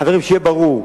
חברים, שיהיה ברור,